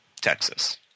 Texas